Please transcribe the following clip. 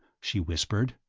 she whispered.